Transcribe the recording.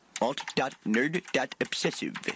Alt.nerd.obsessive